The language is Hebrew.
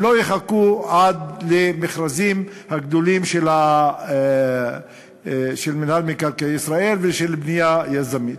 ולא יחכו למכרזים הגדולים של מינהל מקרקעי ישראל ושל בנייה יזמית.